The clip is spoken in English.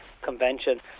Convention